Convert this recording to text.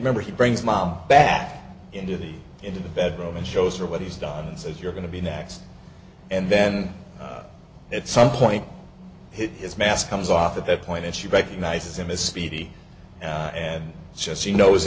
remember he brings mom back into the into the bedroom and shows her what he's done says you're going to be next and then at some point his mask comes off at that point and she recognizes him is speedy and she knows